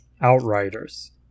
Outriders